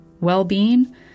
well-being